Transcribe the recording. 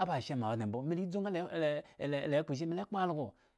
aba ashe me awo odŋe mbo me la dzu nga me la kposhi mela ekpo algo.